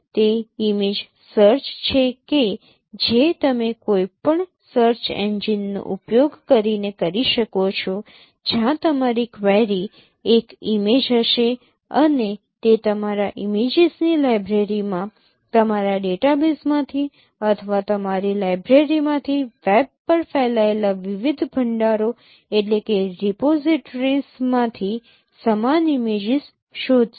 તે image search છે કે જે તમે કોઈપણ સર્ચ એંજિનનો ઉપયોગ કરીને કરી શકો છો જ્યાં તમારી ક્વેરી એક ઇમેજ હશે અને તે તમારા ઇમેજીસની લાઇબ્રેરીમાં તમારા ડેટાબેઝમાંથી અથવા તમારી લાઇબ્રેરીમાંથી વેબ પર ફેલાયેલા વિવિધ ભંડારો માંથી સમાન ઇમેજીસ શોધશે